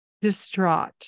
distraught